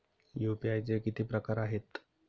UPI चे किती प्रकार आहेत?